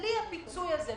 שבלי הפיצוי הזה,